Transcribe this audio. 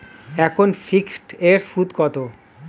এখন ফিকসড এর সুদ কত?